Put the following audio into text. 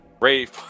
rave